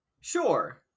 Sure